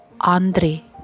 Andre